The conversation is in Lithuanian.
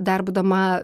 dar būdama